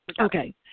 Okay